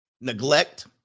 neglect